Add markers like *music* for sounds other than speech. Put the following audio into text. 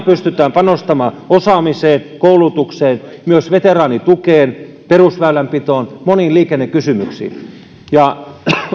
*unintelligible* pystytään panostamaan osaamiseen koulutukseen myös veteraanitukeen perusväylänpitoon moniin liikennekysymyksiin